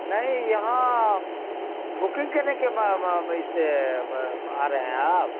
نہیں یہاں بکنگ کرنے کے اس سے آ رہے ہیں آپ